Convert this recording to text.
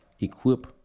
equip